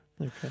Okay